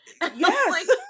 Yes